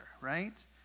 right